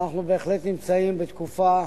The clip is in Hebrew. אנחנו בהחלט נמצאים בתקופה